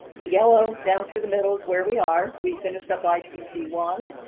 the yellow down through the middle is where we are. we finished up i t c one.